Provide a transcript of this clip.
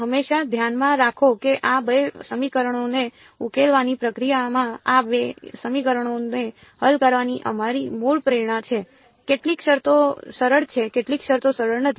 હંમેશા ધ્યાનમાં રાખો કે આ બે સમીકરણોને ઉકેલવાની પ્રક્રિયામાં આ બે સમીકરણોને હલ કરવાની અમારી મૂળ પ્રેરણા છે કેટલીક શરતો સરળ છે કેટલીક શરતો સરળ નથી